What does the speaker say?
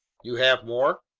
you have more?